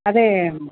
అదే